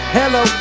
hello